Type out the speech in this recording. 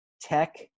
tech